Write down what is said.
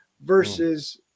versus